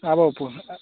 अब प्